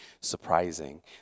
surprising